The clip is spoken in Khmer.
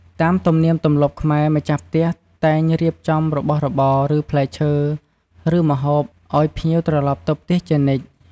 តាមទំនៀមទម្លាប់ខ្មែរម្ចាស់ផ្ទះតែងរៀបចំរបស់របរ ឬផ្លែឈើ ឬម្ហូប អោយភ្ញៀវត្រឡប់ទៅផ្ទះជានិច្ច។